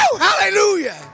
hallelujah